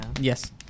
Yes